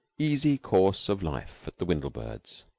easy course of life at the windlebirds.